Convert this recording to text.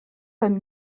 comme